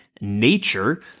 nature